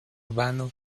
urbano